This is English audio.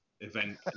event